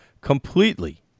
completely